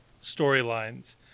storylines